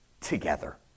together